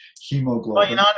hemoglobin